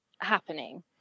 happening